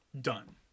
Done